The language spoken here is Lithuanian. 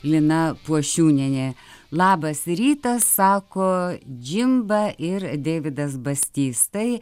lina puošiūnienė labas rytas sako džimba ir deividas bastys tai